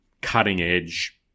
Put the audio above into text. cutting-edge